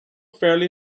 fairly